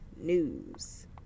news